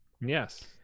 Yes